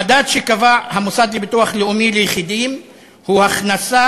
המדד שקבע המוסד לביטוח לאומי ליחידים הוא הכנסה